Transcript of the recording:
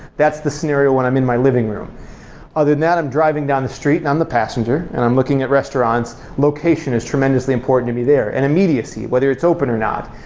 that's the scenario when i'm in my living room other than that, i'm driving down the street and on the passenger and i'm looking at restaurants, location is tremendously important to be there, and immediacy, whether it's open or not.